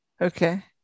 Okay